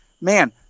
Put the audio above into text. man